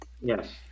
Yes